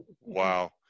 wow